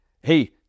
Hey